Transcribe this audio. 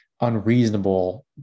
unreasonable